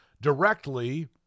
directly